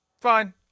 fine